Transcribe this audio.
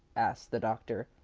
asked the doctor.